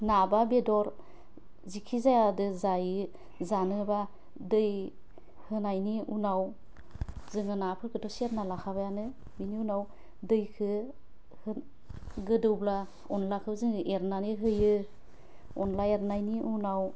ना बा बेदर जिखि जायादो जायो जानोबा दै होनायनि उनाव जोङो नाफोरखोथ' सेरना लाखाबायआनो बिनि उनाव दैखो होन गोदौब्ला अनलाखौ जोङो एरनानै होयो अनला एरनायनि उनाव